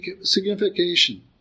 signification